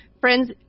friends